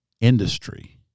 industry